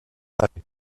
partei